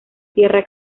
tierra